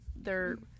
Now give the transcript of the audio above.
they're-